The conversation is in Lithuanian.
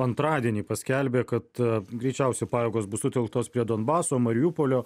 antradienį paskelbė kad greičiausiai pajėgos bus sutelktos prie donbaso mariupolio